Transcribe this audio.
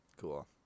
Cool